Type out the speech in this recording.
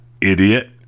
idiot